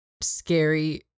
scary